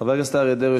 חבר הכנסת אריה דרעי,